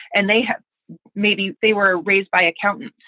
and they have maybe they were raised by accountants,